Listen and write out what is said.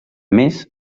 més